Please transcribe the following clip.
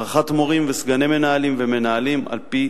הערכת מורים, סגני מנהלים ומנהלים על-פי